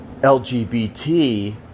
LGBT